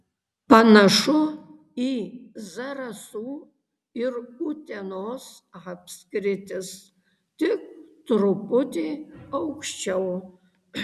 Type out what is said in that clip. panašu į zarasų ir utenos apskritis tik truputį aukščiau